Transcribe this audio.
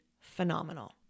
phenomenal